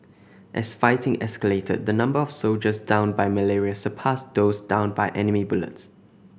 as fighting escalated the number of soldiers downed by malaria surpassed those downed by enemy bullets